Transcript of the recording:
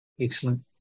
Excellent